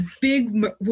big